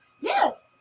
Yes